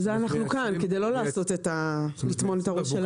לכן אנחנו כאן, כדי לא לטמון את הראש שלנו.